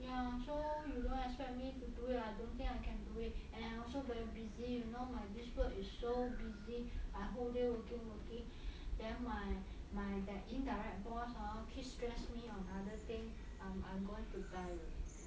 ya so you don't expect me to do it I don't think I can do it and I also also busy you know my this work is so busy I whole working working then my my that indirect boss hor keep stress me of other thing I'm I'm going to die already